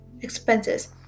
expenses